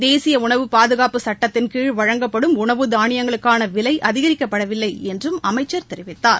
தேசிய உணவு பாதுகாப்பு சுட்டத்தின் கீழ் வழங்கப்படும் உணவு தானியங்களுக்கான விலை அதிகரிக்கப்படவில்லை என்றும் அமைச்சர் தெரிவித்தார்